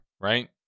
right